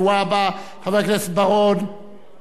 חבר הכנסת בר-און.